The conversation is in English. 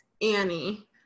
Annie